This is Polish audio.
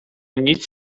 nic